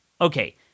okay